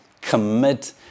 commit